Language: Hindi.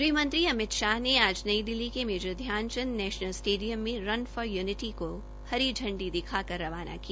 गृहमंत्री अमित शाह ने आज नई दिल्ली के Major Dhyan Chand National Stadium में रन फॉर यूनिटी को हरी झंडी दिखाकर रवाना किया